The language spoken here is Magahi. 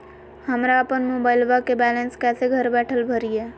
हमरा अपन मोबाइलबा के बैलेंस कैसे घर बैठल भरिए?